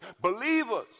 Believers